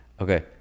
okay